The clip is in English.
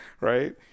right